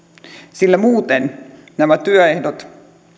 sillä muuten nämä työehdot